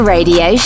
Radio